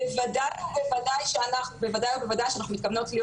בוודאי ובוודאי שאנחנו מתכוונות להיות